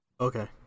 Okay